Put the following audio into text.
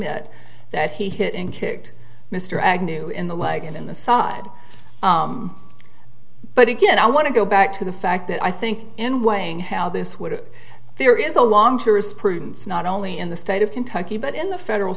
it that he hit and kicked mr agnew in the leg and in the side but again i want to go back to the fact that i think in weighing how this would there is a long jurisprudence not only in the state of kentucky but in the federal